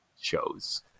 shows